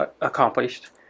accomplished